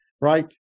right